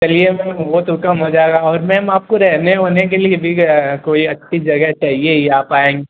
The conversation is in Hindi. चलिए मैम वह और मैम आपको रहने वहने के लिए ठीक कोई अच्छी जगह चाहिए या आप